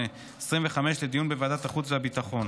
פ/4138/25, לדיון בוועדת החוץ והביטחון.